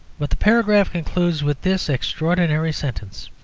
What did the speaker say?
but the paragraph concludes with this extraordinary sentence